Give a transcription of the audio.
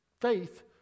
faith